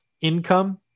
income